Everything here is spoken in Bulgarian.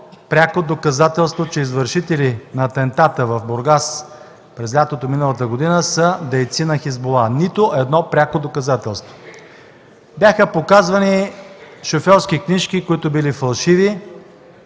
пряко доказателство, че извършители на атентата в Бургас през лятото миналата година са дейци на „Хизбула”. Нито едно пряко доказателство. Бяха показвани шофьорски книжки, които били фалшиви,